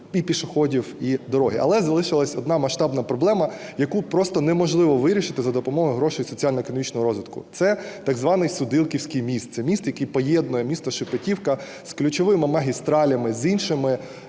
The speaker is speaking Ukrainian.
і пішоходів, і дороги. Але залишилася одна масштабна проблема, яку просто неможливо вирішити за допомогою грошей соціально-економічного розвитку – це так званий Судилківський міст. Це міст, який поєднує місто Шепетівка з ключовими магістралями, з іншими